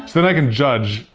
then i can judge,